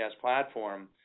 platform